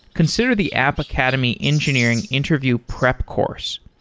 consider the app academy engineering interview prep course.